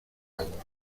agua